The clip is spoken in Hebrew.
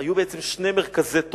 היו בעצם שני מרכזי תורה.